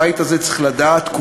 הבית הזה צריך לדעת,